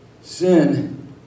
Sin